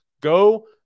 go